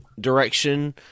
direction